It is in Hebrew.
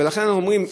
ולכן אנחנו אומרים,